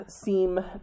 seem